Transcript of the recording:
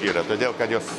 yra todėl kad jos